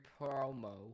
promo